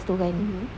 mmhmm